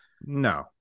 No